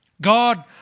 god